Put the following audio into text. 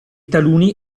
taluni